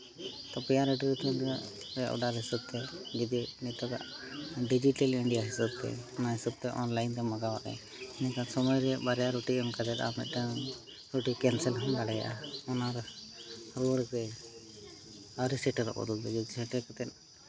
ᱛᱚ ᱯᱮᱭᱟ ᱞᱟᱹᱴᱩ ᱞᱟᱹᱴᱩ ᱨᱮᱭᱟᱜ ᱛᱤᱱᱟᱹᱜ ᱚᱰᱟᱨ ᱦᱤᱥᱟᱹᱵ ᱛᱮ ᱡᱩᱫᱤ ᱱᱤᱛᱚᱜ ᱜᱟᱜ ᱰᱤᱡᱤᱴᱟᱞ ᱤᱱᱰᱤᱭᱟ ᱦᱤᱥᱟᱹᱵᱛᱮ ᱱᱚᱣᱟ ᱦᱤᱥᱟᱹᱵᱛᱮ ᱚᱱᱞᱟᱭᱤᱱ ᱛᱮᱢ ᱢᱟᱜᱟᱣᱮᱜ ᱤᱱᱟᱹ ᱠᱷᱟᱱ ᱥᱚᱢᱚᱭ ᱨᱮᱭᱟᱜ ᱵᱟᱨᱭᱟ ᱨᱩᱴᱤ ᱮᱢ ᱠᱟᱛᱮᱫ ᱟᱨ ᱢᱤᱫᱴᱟᱹᱱ ᱨᱩᱴᱤ ᱠᱮᱱᱥᱮᱞ ᱦᱚᱸᱢ ᱫᱲᱮᱭᱟᱜᱼᱟ ᱚᱱᱟ ᱫᱚ ᱨᱩᱣᱟᱹᱲ ᱜᱮ ᱟᱹᱣᱨᱤ ᱥᱮᱴᱮᱨᱚᱜ ᱵᱚᱫᱚᱞᱛᱮ ᱡᱩᱫᱤ ᱥᱮᱴᱮᱨ ᱠᱟᱛᱮᱫ